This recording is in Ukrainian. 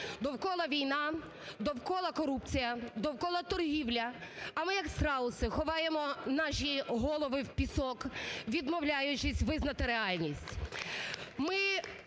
довкола війна, довкола корупція, довкола торгівля, а ми як страуси ховаємо наші голови в пісок, відмовляючись визнати реальність. Ми